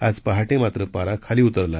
आज पहाटे मात्र पारा खाली उतरला